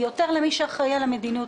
אלא יותר כלפי מי שאחראי על המדיניות,